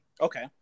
Okay